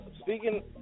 speaking